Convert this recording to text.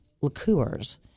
liqueurs